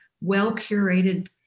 well-curated